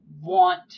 want